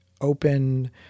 open